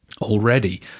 Already